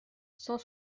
cent